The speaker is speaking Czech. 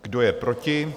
Kdo je proti?